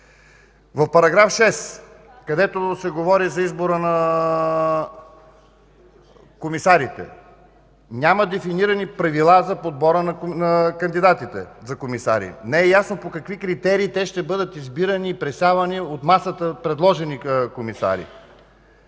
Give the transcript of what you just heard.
В § 6, където се говори за избора на комисарите няма дефинирани правила за подбора на кандидатите за комисари, не е ясно по какви критерии те ще бъдат избирани, пресявани от масата предложени комисари,